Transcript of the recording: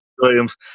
Williams